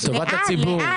לטובת הציבור.